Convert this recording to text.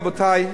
רבותי,